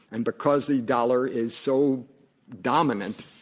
and because the dollar is so dominant